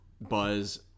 Buzz